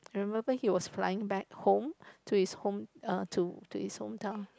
remember he was flying back home to his home uh to to his hometown